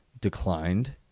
declined